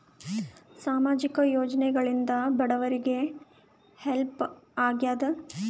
ಸಾಮಾಜಿಕ ಯೋಜನೆಗಳಿಂದ ಬಡವರಿಗೆ ಹೆಲ್ಪ್ ಆಗ್ಯಾದ?